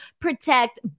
protect